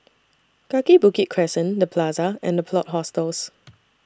Kaki Bukit Crescent The Plaza and The Plot Hostels